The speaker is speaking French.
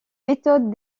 méthodes